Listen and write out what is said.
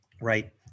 right